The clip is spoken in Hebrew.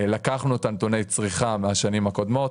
לקחנו את נתוני הצריכה מהשנים הקודמות,